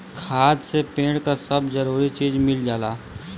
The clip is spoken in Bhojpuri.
खाद से पेड़ क सब जरूरी चीज मिल जाला